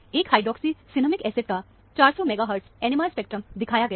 एक hydroxycinnamic acid का 400 megahertz NMR spectrum दिखाया गया है